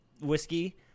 whiskey